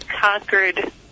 conquered